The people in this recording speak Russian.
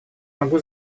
могу